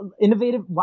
innovative